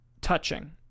touching